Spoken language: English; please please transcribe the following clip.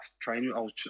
training